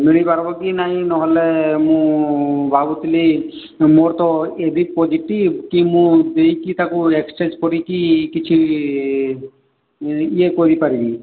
ମିଳିପାରିବ କି ନାହିଁ ନହେଲେ ମୁଁ ଭାବୁଥିଲି ମୋର ତ ଏ ବି ପୋଜେଟିଭ୍ କି ମୁଁ ଦେଇକି ତାକୁ ଏକ୍ସଚେଞ୍ଜ କରିକି କିଛି ଇଏ କରିପାରିବି